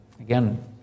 Again